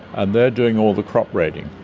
and they are doing all the crop raiding.